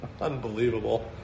Unbelievable